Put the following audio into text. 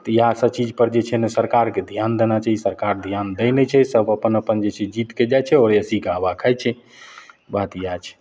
तऽ इएह सबचीजपर जे छै ने सरकारकेँ धिआन देना चाही सरकार धिआन दै नहि छै सब अपन अपन जे छै जीतिके जाइ छै आओर ए सी के हवा खाइ छै बात इएह छै